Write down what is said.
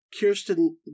Kirsten